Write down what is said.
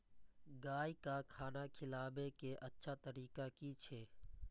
गाय का खाना खिलाबे के अच्छा तरीका की छे?